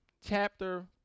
chapter